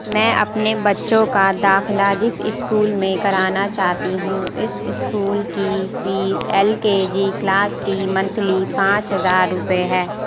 میں اپنے بچوں کا داخلہ جس اسکول میں کرانا چاہتی ہوں اس اسکول کی fee L K G class کی منتھلی پانچ ہزار روپے ہے